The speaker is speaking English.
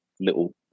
little